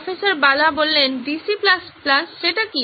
professor Bala DC DC কি